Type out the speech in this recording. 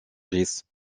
brice